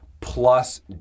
plus